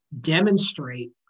demonstrate